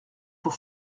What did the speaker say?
pour